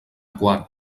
quar